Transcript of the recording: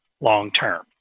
long-term